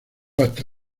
hasta